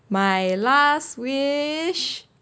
my last wish